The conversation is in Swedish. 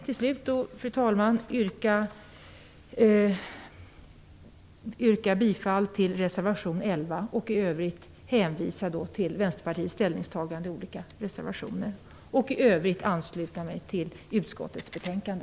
Till slut vill jag yrka bifall till reservation 11. I övrigt hänvisar jag till Vänsterpartiets ställningstagande i olika reservationer och ansluter mig till hemställan i utskottets betänkande.